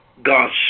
God's